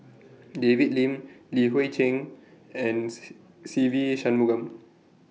David Lim Li Hui Cheng and Se Ve Shanmugam